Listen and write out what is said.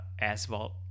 asphalt